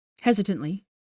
Hesitantly